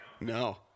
No